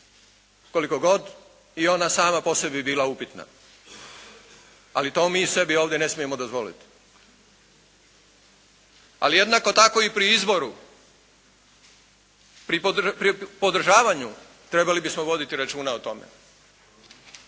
koliko god i ona sama po sebi bila upitna. Ali to mi sebi ovdje ne smijemo dozvoliti. Ali jednako tako i pri izboru, pri podržavanju trebali bismo voditi računa o tome.